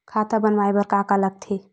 खाता बनवाय बर का का लगथे?